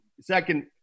second